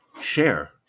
share